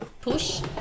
push